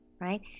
right